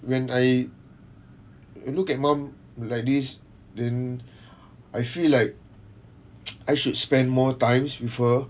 when I look at mum like this then I feel like I should spend more times with her